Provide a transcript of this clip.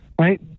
Right